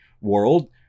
world